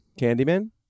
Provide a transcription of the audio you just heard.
Candyman